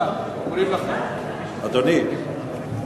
אדוני,